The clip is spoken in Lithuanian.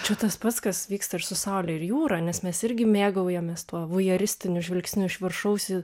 čia tas pats kas vyksta ir su saule ir jūra nes mes irgi mėgaujamės tuo vojeristiniu žvilgsniu iš viršaus į